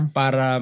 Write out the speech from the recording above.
para